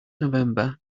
november